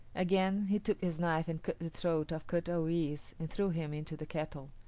again he took his knife and cut the throat of kut-o-yis' and threw him into the kettle.